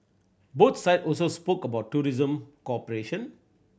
both side also spoke about tourism cooperation